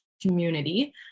community